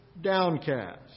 downcast